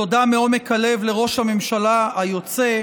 תודה מעומק הלב לראש הממשלה היוצא.